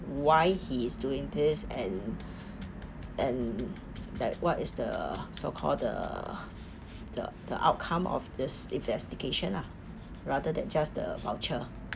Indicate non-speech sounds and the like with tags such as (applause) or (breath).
why he is doing this and (breath) and that what is the so call the (breath) the the outcome of this investigation lah rather than just the voucher